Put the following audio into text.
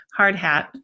Hardhat